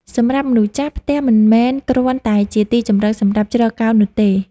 សម្រាប់មនុស្សចាស់ ផ្ទះមិនមែនគ្រាន់តែជាទីជម្រកសម្រាប់ជ្រកកោននោះទេ។